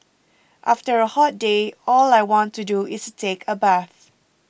after a hot day all I want to do is take a bath